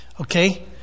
Okay